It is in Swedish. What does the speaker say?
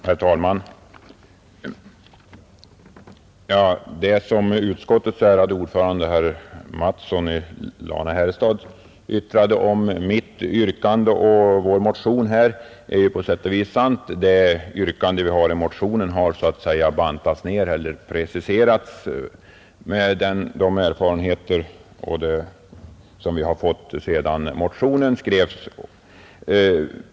Herr talman! Det som utskottets ordförande herr Mattsson i Lane-Herrestad yttrade om mitt yrkande och vår motion är på sätt och vis sant. Vårt yrkande i motionen har bantats ned och preciserats med de erfarenheter som vi har fått sedan motionen skrevs.